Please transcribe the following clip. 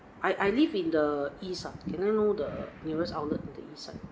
I I live in the east uh can I know the nearest outlet for the east side